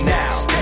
now